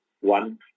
One